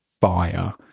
fire